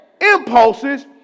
impulses